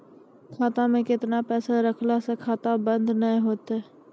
खाता मे केतना पैसा रखला से खाता बंद नैय होय तै?